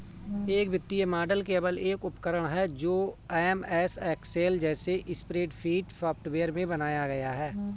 एक वित्तीय मॉडल केवल एक उपकरण है जो एमएस एक्सेल जैसे स्प्रेडशीट सॉफ़्टवेयर में बनाया गया है